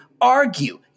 argue